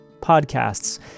podcasts